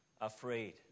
afraid